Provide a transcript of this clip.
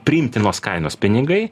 priimtinos kainos pinigai